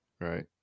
Right